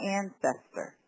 ancestor